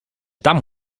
tam